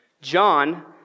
John